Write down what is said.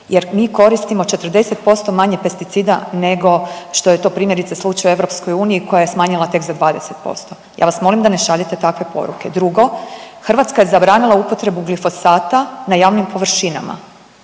jer mi koristimo 40% manje pesticida nego što je to primjerice slučaj u EU koja je smanjila tek za 20%. Ja vas molim da ne šaljete takve poruke. Drugo Hrvatska je zabranila upotrebu glifosata na javnim površinama